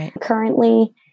currently